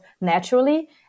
naturally